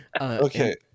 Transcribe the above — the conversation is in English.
okay